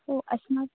ओ अस्माकम्